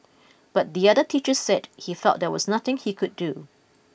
but the other teachers said he felt there was nothing he could do